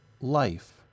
Life